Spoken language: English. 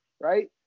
right